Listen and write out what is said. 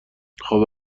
خوب